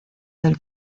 del